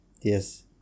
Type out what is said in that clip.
yes